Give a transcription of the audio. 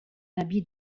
habit